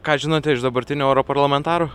ką žinote iš dabartinių europarlamentarų